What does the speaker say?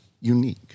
unique